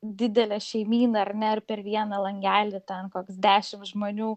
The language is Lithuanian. didelė šeimyna ar ne ir per vieną langelį ten koks dešimt žmonių